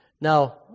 Now